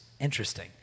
Interesting